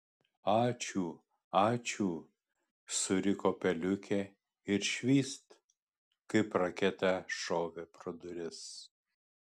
ačiū ačiū suriko peliukė ir švyst kaip raketa šovė pro duris